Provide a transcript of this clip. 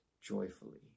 joyfully